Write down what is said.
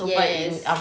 yes